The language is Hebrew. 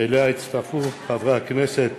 והצטרפו אליו חברי הכנסת